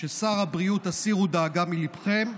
ששר הבריאות, הסירו דאגה מליבכם,